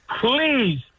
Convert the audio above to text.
please